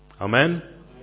Amen